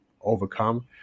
overcome